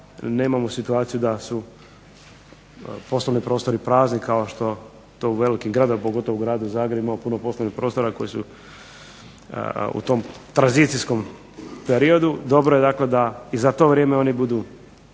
nemamo situaciju da su poslovni prostori prazni kao što to u velikim gradovima, pogotovo u gradu Zagrebu imamo puno poslovnih prostora koji su u tom tranzicijskom periodu. Dobro je dakle da i za to vrijeme oni budu